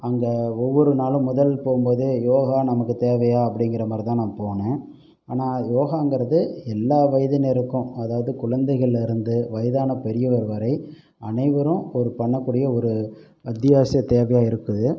அங்கே ஒவ்வொரு நாளும் முதல் போகும் போது யோகா நமக்கு தேவையா அப்படிங்கிற மாதிரி தான் நான் போனேன் ஆனால் யோகாங்கிறது எல்லா வயதினருக்கும் அதாவது குழந்தைகள்லேருந்து வயதான பெரியவர் வரை அனைவரும் ஒரு பண்ணக்கூடிய ஒரு அத்தியாவசிய தேவையாக இருக்குது